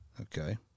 Okay